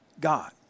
God